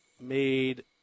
made